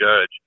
judge